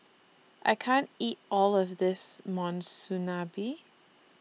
I can't eat All of This Monsunabe